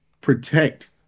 Protect